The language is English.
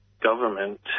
government